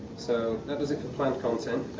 so, that does it for planned content,